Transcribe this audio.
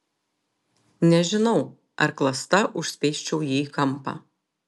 nežinau ar klasta užspeisčiau jį į kampą